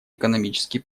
экономические